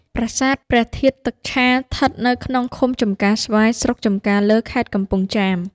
ប្រាសាទ ព្រះធាតុទឹកឆា ឋិតនៅក្នុងឃុំចំការស្វាយ ស្រុកចំការលើ ខេត្ត កំពង់ចាម ។